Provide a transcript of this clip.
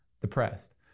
depressed